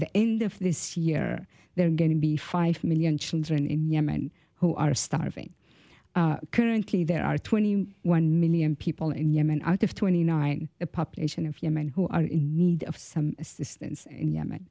the end of this year there are going to be five million children in yemen who are starving currently there are twenty one million people in yemen out of twenty nine a population of yemen who are in need of some assistance in yemen